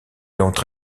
entre